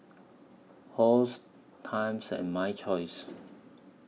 Halls Times and My Choice